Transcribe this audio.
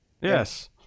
Yes